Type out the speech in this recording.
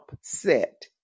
set